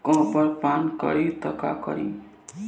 Copper पान करी त का करी?